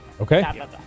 okay